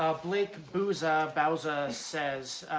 ah blake bouza bouza says,